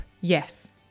Yes